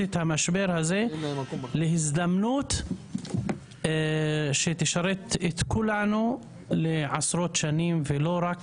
את המשבר הזה להזדמנות שתשרת את כולנו לעשרות שנים ולא רק